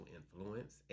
influence